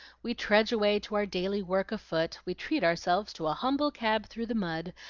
we trudge away to our daily work afoot, we treat ourselves to a humble cab through the mud,